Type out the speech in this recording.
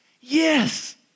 Yes